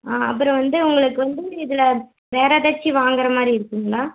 ஆ அப்புறம் வந்து உங்களுக்கு வந்து இதில் வேறு எதாச்சும் வாங்குற மாரி இருக்கீங்களா